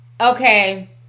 Okay